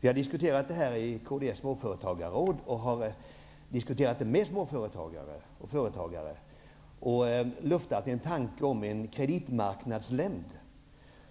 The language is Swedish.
Vi har diskuterat detta problem i kds småföretagarråd, och vi har diskuterat det med företagare. Vi har luftat en tanke om en kreditmarknadsnämnd